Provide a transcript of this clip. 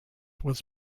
was